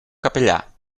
capellà